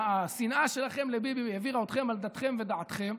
השנאה שלכם לביבי העבירה אתכם על דתכם ודעתכם,